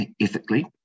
ethically